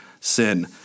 sin